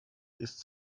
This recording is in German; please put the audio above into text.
ist